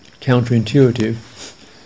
counterintuitive